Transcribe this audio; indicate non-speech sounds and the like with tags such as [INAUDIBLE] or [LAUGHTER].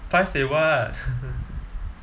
paiseh what [LAUGHS]